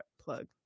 plug